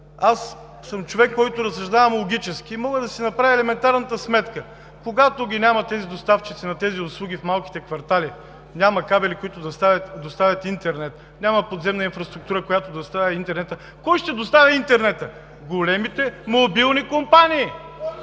Аз съм човек, който разсъждава логически, и мога да си направя елементарната сметка – когато ги няма тези доставчици на тези услуги в малките квартали, няма кабели, които да доставят интернет, няма подземна инфраструктура, която да доставя интернета, кой ще доставя интернета – големите мобилни компании?